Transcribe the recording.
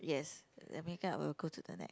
yes the makeup will go to the neck